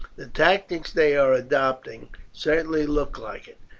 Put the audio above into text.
the tactics they are adopting certainly look like it,